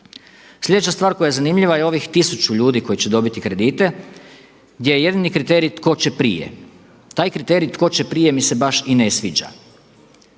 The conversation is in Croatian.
Sljedeća stvar koja je zanimljiva je ovih tisuću ljudi koji će dobiti kredite gdje je jedini kriterij tko će prije. Taj kriterij tko će prije mi se baš i ne sviđa.